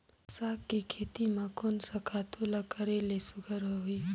साग के खेती म कोन स खातु ल करेले सुघ्घर होही?